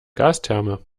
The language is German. gastherme